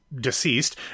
deceased